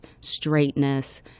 straightness